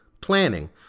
planning